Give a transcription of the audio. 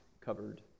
covered